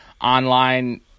online